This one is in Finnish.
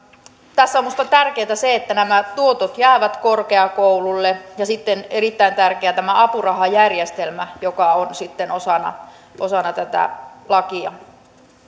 tässä on minusta tärkeää se että nämä tuotot jäävät korkeakoululle ja sitten erittäin tärkeä on tämä apurahajärjestelmä joka on osana osana tätä lakia